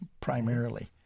primarily